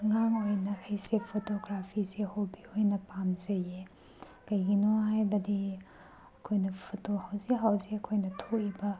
ꯑꯉꯥꯡ ꯑꯣꯏꯅ ꯑꯩꯁꯦ ꯐꯣꯇꯣꯒ꯭ꯔꯥꯐꯤꯁꯦ ꯍꯣꯕꯤ ꯑꯣꯏꯅ ꯄꯥꯝꯖꯩꯌꯦ ꯀꯩꯒꯤꯅꯣ ꯍꯥꯏꯕꯗꯤ ꯑꯩꯈꯣꯏꯅ ꯐꯤꯇꯣ ꯍꯧꯖꯤꯛ ꯍꯧꯖꯤꯛ ꯑꯩꯈꯣꯏꯅ ꯊꯣꯛꯏꯕ